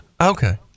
Okay